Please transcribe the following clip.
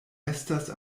estas